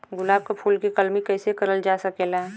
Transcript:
गुलाब क फूल के कलमी कैसे करल जा सकेला?